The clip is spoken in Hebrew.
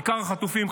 כיכר החטופים,